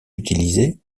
utilisées